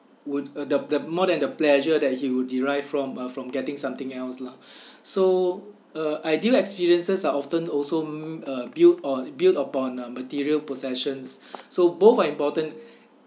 would uh the the more than the pleasure that he will derive from uh from getting something else lah so uh ideal experiences are often also m~ uh built or built upon uh material possessions so both are important